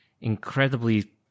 incredibly